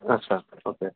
अच्छा ओके